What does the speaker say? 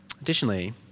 Additionally